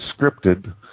scripted